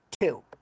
two